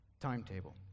timetable